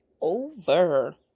over